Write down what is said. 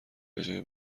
بجای